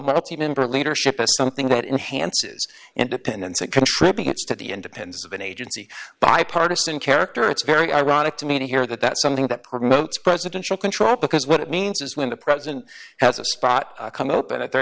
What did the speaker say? multi member leadership as something that enhanced his independence it contributes to the independence of an agency bipartisan character it's very ironic to me to hear that that's something that promotes presidential control because what it means is when the president has a spot come open and they're